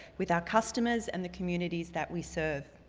with our customers, and the communities that we serve.